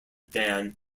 dan